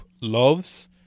loves